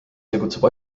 tegutseb